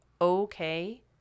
okay